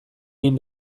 egin